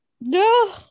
no